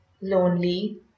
lonely